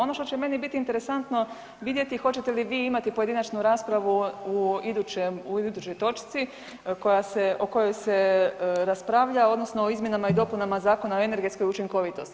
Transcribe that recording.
Ono što će meni bit interesantno vidjeti hoćete li vi imati pojedinačnu raspravu u idućoj točci o kojoj se raspravlja odnosno o izmjenama i dopunama Zakona o energetskoj učinkovitosti.